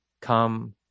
come